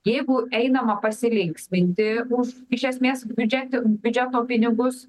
jeigu einama pasilinksminti už iš esmės biudžete biudžeto pinigus